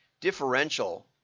differential